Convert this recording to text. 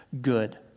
good